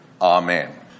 Amen